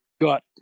got